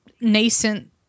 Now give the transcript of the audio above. nascent